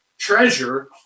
treasure